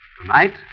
Tonight